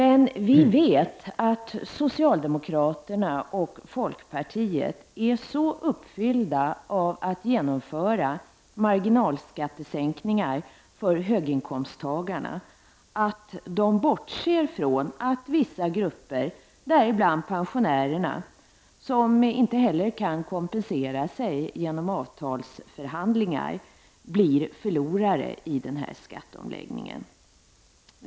Vi vet dock att socialdemokraterna och folkpartiet är så uppfyllda av iver att genomföra marginalskattesänkningar för höginkomsttagarna att de bortser från att vissa grupper — däribland pensionärerna, som inte heller kan kompensera sig genom avtalsförhandlingar — blir förlorare i skatteomläggningen.